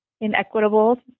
inequitable